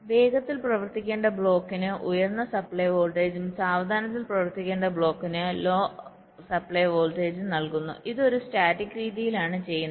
അതിനാൽ വേഗത്തിൽ പ്രവർത്തിക്കേണ്ട ബ്ലോക്കിന് ഉയർന്ന സപ്ലൈ വോൾട്ടേജും സാവധാനത്തിൽ പ്രവർത്തിക്കേണ്ട ബ്ലോക്കുകൾക്ക് ലോ സപ്ലൈ വോൾട്ടേജും നൽകുന്നു ഇത് ഒരു സ്റ്റാറ്റിക് രീതിയിലാണ് ചെയ്യുന്നത്